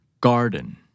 Garden